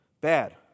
Bad